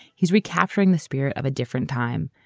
he's recapturing the spirit of a different time,